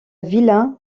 villa